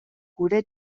gure